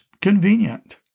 convenient